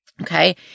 Okay